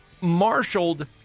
marshaled